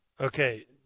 Okay